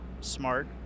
smart